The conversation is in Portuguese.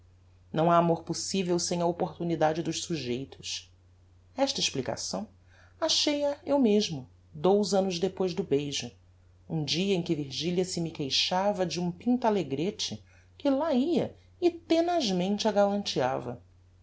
não ha amor possivel sem a opportunidade dos sujeitos esta explicação achei-a eu mesmo dous annos depois do beijo um dia em que virgilia se me queixava de um pintalegrete que lá ia e tenazmente